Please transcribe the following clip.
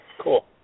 cool